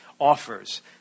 offers